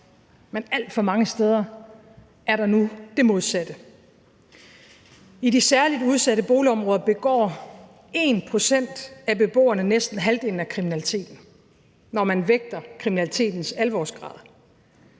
men alt for mange steder er det nu det modsatte. I de særlig udsatte boligområder begår 1 pct. af beboerne næsten halvdelen af kriminaliteten, når man vægter kriminalitetens alvorsgrad.